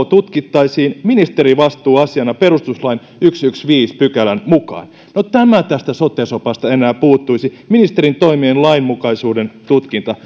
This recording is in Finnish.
tutkittaisiin ministerivastuuasiana perustuslain sadannenviidennentoista pykälän mukaan no tämä tästä sote sopasta enää puuttuisi ministerin toimien lainmukaisuuden tutkinta